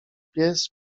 pies